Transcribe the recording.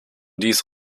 dies